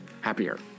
happier